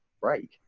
break